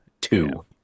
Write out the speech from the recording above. two